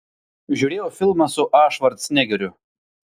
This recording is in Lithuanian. žiūrėjau filmą su a švarcnegeriu